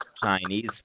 chinese